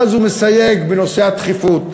ואז הוא מסייג, בנושא הדחיפות.